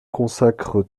consacre